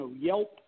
Yelp